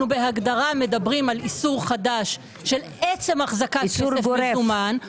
בהגדרה מדברים על איסור חדש של עצם החזקת מזומן,